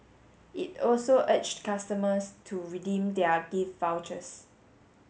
it also urged customers to redeem their gift vouchers